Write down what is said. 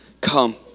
come